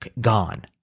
gone